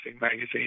magazine